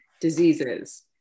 diseases